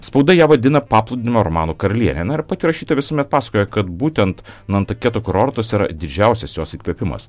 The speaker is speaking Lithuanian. spauda ją vadina paplūdimio romanų karaliene na pati rašytoja visuomet pasakoja kad būtent nantaketo kurortas yra didžiausias jos įkvėpimas